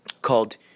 Called